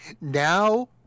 Now